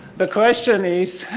the question is,